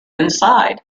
inside